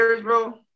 bro